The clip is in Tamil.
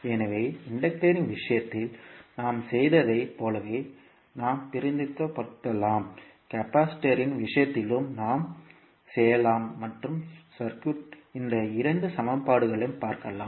எனவே இன்டக்டரின் விஷயத்தில் நாம் செய்ததைப் போலவே நாம் பிரதிநிதித்துவப்படுத்தலாம் கெபாசிட்டரின் விஷயத்திலும் நாம் செய்யலாம் மற்றும் சுற்றில் இந்த இரண்டு சமன்பாடுகளையும் பார்க்கலாம்